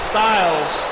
Styles